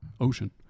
Ocean